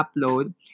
upload